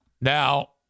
Now